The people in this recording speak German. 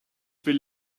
will